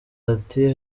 ati